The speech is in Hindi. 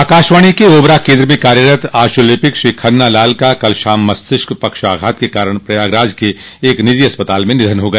आकाशवाणी के ओबरा केन्द्र में कार्यरत आशूलिपिक श्री खन्ना लाल का कल शाम मस्तिष्क पक्षाघात के कारण प्रयागराज के एक निजी अस्पताल में निधन हो गया